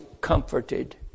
comforted